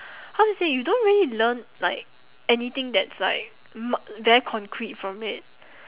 how to say you don't really learn like anything that's like m~ very concrete from it